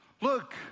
Look